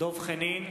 דב חנין,